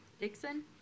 Dixon